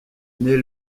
naît